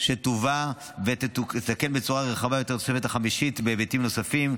שתובא ותתקן בצורה רחבה יותר את התוספת החמישית בהיבטים נוספים.